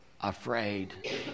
afraid